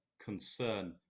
concern